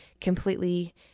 completely